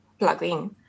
plugin